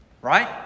right